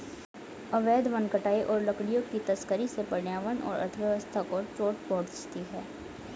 अवैध वन कटाई और लकड़ियों की तस्करी से पर्यावरण और अर्थव्यवस्था पर चोट पहुँचती है